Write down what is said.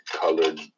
colored